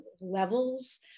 levels